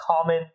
common